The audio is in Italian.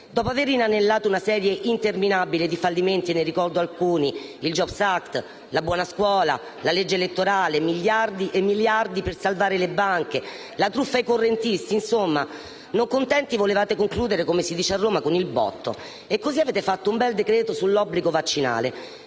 Dopo aver inanellato una serie interminabile di fallimenti (e ne ricordo alcuni: il *jobs act*, la buona scuola, la legge elettorale, miliardi e miliardi per salvare le banche, la truffa ai correntisti), non contenti, volevate concludere, come si dice a Roma, con il botto. E così avete fatto un bel decreto-legge sull'obbligo vaccinale,